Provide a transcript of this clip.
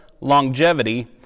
longevity